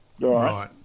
Right